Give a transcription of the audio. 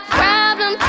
problem